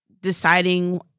deciding